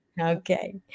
Okay